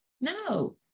no